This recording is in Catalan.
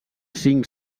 cinc